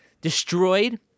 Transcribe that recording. destroyed